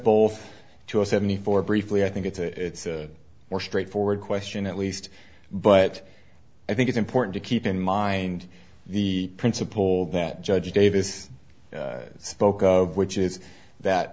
us seventy four briefly i think it's a more straightforward question at least but i think it's important to keep in mind the principle that judge davis spoke of which is that